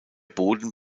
boden